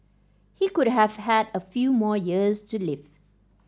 he could have had a few more years to live